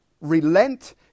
relent